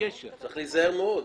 צריך להיזהר מאוד.